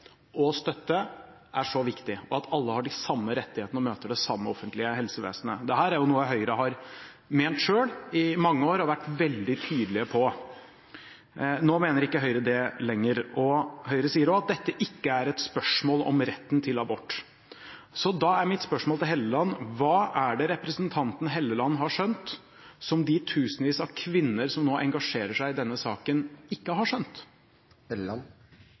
og støtte er så viktig, og at alle har de samme rettighetene og møter det samme offentlige helsevesenet. Dette er jo noe Høyre har ment selv i mange år og har vært veldig tydelig på. Nå mener ikke Høyre dette lenger, og Høyre sier også at dette ikke er et spørsmål om retten til abort. Så da er mitt spørsmål til Hofstad Helleland: Hva er det representanten Hofstad Helleland har skjønt som de tusenvis av kvinner som nå engasjerer seg i denne saken, ikke har skjønt?